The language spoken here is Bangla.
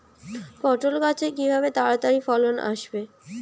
পটল গাছে কিভাবে তাড়াতাড়ি ফলন আসবে?